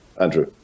Andrew